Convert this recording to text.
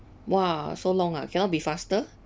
!wah! so long ah cannot be faster